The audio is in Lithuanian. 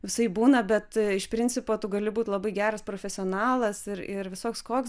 visaip būna bet iš principo tu gali būt labai geras profesionalas ir ir visoks koks